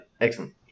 Excellent